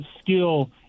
skill